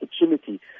opportunity